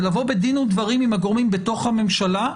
ולבוא בדין ודברים עם הגורמים בתוך הממשלה.